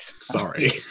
Sorry